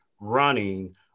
running